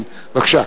בבקשה.